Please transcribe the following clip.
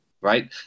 right